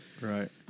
right